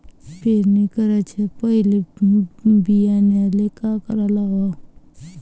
पेरणी कराच्या पयले बियान्याले का लावाव?